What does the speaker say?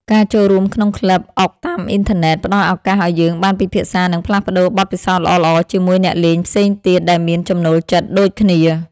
ការចូលរួមក្នុងក្លឹបអុកតាមអ៊ីនធឺណិតផ្តល់ឱកាសឱ្យយើងបានពិភាក្សានិងផ្លាស់ប្តូរបទពិសោធន៍ល្អៗជាមួយអ្នកលេងផ្សេងទៀតដែលមានចំណូលចិត្តដូចគ្នា។